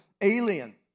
alien